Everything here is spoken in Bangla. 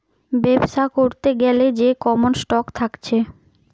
বেবসা করতে গ্যালে যে কমন স্টক থাকছে